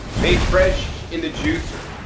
made fresh in the juicer.